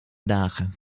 dagen